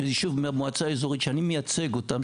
יישוב מהמועצה האזורית שאני מייצג אותם,